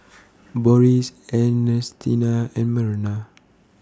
Boris Ernestina and Merina